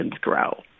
grow